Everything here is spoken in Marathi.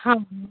हां हां